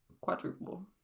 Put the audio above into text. Quadruple